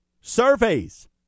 Surveys